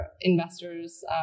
investors